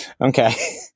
Okay